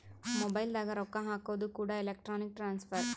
mobile ದಾಗ ರೊಕ್ಕ ಹಾಕೋದು ಕೂಡ ಎಲೆಕ್ಟ್ರಾನಿಕ್ ಟ್ರಾನ್ಸ್ಫರ್